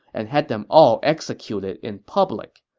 and had them all executed in public.